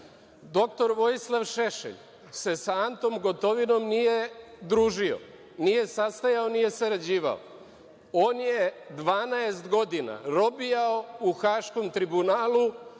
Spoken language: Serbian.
vas. Doktor Vojislav Šešelj se sa Antom Gotovinom nije družio, nije sastajao, nije sarađivao. On je 12 godina robijao u Haškom tribunalu